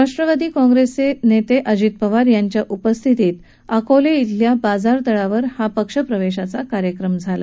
राष्ट्रवादी काँग्रेसचे नेते अजित पवार यांच्या उपस्थितीत अकोले इथल्या बाजारतळावर हा पक्षप्रवेश कार्यक्रम झाला